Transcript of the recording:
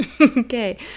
Okay